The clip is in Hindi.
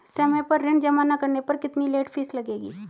समय पर ऋण जमा न करने पर कितनी लेट फीस लगेगी?